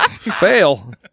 Fail